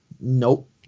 nope